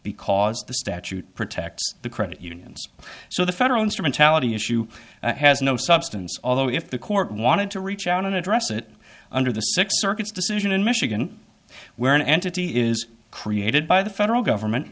because the statute protects the credit unions so the federal instrumentality issue has no substance although if the court wanted to reach out and address it under the six circuits decision in michigan where an entity is created by the federal government